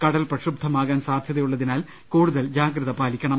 കടൽ പ്രക്ഷുബ്ധമാകാൻ സാധ്യതയുള്ളതിനാൽ കൂടുതൽ ജാഗ്രത പാലിക്കണം